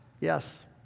Yes